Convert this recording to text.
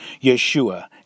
Yeshua